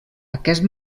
aquest